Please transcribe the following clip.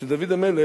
אצל דוד המלך,